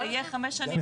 זה יהיה חמש שנים.